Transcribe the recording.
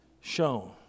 shown